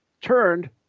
turned